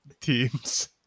teams